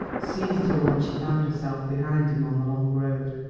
seized her when she found herself behind him on the long road.